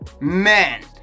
man